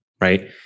Right